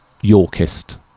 Yorkist